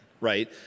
right